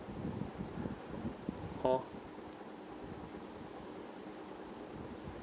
hor